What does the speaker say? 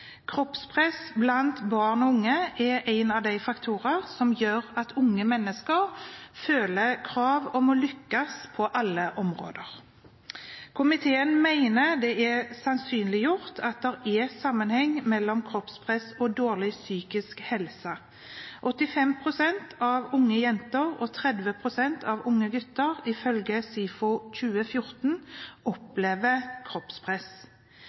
Kroppspress blant barn og unge er en av de faktorene som gjør at unge mennesker føler krav om å lykkes på alle områder. Komiteen mener det er sannsynliggjort at det er sammenheng mellom kroppspress og dårlig psykisk helse. 85 pst. av unge jenter og 30 pst. av unge gutter, ifølge SIFO i 2014,